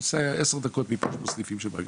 ניסע 10 דקות מפה יש סניפים של בנק,